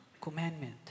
commandment